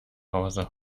hause